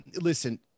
listen